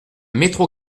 métro